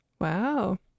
Wow